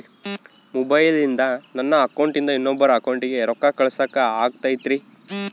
ಮೊಬೈಲಿಂದ ನನ್ನ ಅಕೌಂಟಿಂದ ಇನ್ನೊಬ್ಬರ ಅಕೌಂಟಿಗೆ ರೊಕ್ಕ ಕಳಸಾಕ ಆಗ್ತೈತ್ರಿ?